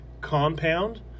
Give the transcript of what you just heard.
Compound